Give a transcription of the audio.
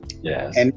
Yes